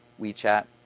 WeChat